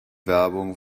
werbung